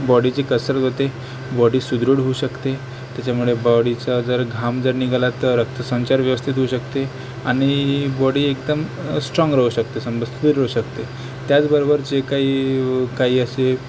बॉडीची कसरत होते बॉडी सुदृढ होऊ शकते त्याच्यामुळे बॉडीचा जर घाम जर निघाला तर रक्तसंचार व्यवस्थित होऊ शकते आणि बॉडी एकदम स्ट्रॉन्ग राहू शकते फिरू शकते त्याचबरोबर जे काही काही असे